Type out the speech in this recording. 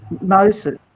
moses